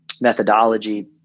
methodology